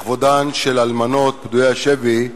לכבודן של אלמנות פדויי השבי,